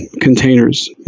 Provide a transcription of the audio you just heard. containers